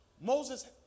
Moses